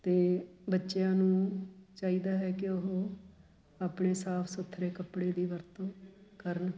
ਅਤੇ ਬੱਚਿਆਂ ਨੂੰ ਚਾਹੀਦਾ ਹੈ ਕਿ ਉਹ ਆਪਣੇ ਸਾਫ ਸੁਥਰੇ ਕੱਪੜੇ ਦੀ ਵਰਤੋਂ ਕਰਨ